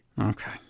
Okay